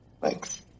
thanks